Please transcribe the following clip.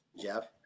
Jeff